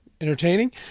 entertaining